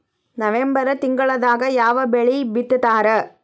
November ತಿಂಗಳದಾಗ ಯಾವ ಬೆಳಿ ಬಿತ್ತತಾರ?